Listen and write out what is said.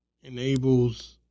enables